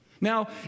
Now